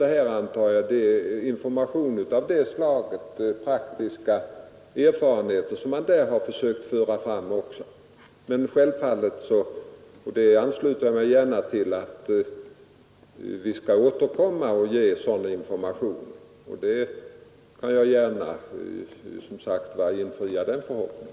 Det är information om praktiska erfarenheter man har försökt föra fram. Självfallet skall vi återkomma med ytterligare sådan information. Jag skall gärna försöka infria den förhoppningen.